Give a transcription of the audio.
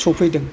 सौफैदों